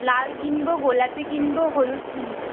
লাল কিনব গোলাপি কিনব হলুদ কিনব